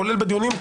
כולל בדיונים,